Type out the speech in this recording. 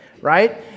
Right